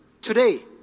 Today